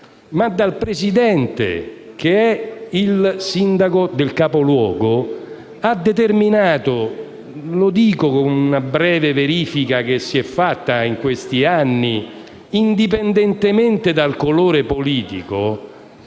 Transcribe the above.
al Presidente, che è il sindaco del capoluogo) ha determinato - lo dico in base a una breve verifica fatta in questi anni - indipendentemente dal colore politico,